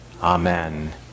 Amen